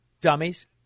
dummies